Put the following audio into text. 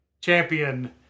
champion